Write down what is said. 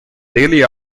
daily